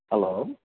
hello